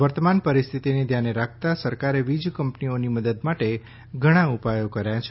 વર્તમાન પરિસ્થિતિને ધ્યાને રાખતા સરકારે વીજ કંપનીઓની મદદ માટે ઘણા ઉપાયો કર્યા છે